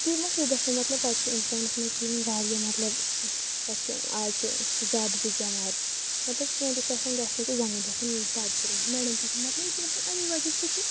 تہِ مہ چھُ گژھان مطلب پتہٕ چھِ انسانس منٛز چھِ یِوان واریاہ مطلب پتہٕ چھِ آز چھِ زیادٕ بیٚیہِ بٮ۪مارِ مطلب کینٛہہ تہِ چھُ آسان گژھنے تہٕ زنٛگن چھِ آسان دگ کٔرمٕژ نرین چھِ آسان مطلب یہِ چھِ گژھان امی وجہہ سۭتی